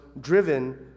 driven